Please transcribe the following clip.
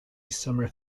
summer